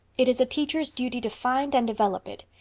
it is a teacher's duty to find and develop it.